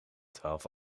twaalf